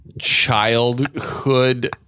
childhood